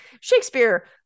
Shakespeare